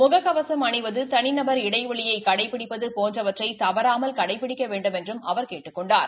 முக கவசம் அணிவது தளிநபர் இடைவெளியை கடைபிடிப்பது போன்றவற்றை தவறாமல் கடைபிடிக்க வேண்டுமென்றும் அவர் கேட்டுக் கொண்டார்